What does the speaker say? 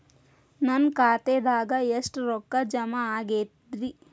ನನ್ನ ಖಾತೆದಾಗ ಎಷ್ಟ ರೊಕ್ಕಾ ಜಮಾ ಆಗೇದ್ರಿ?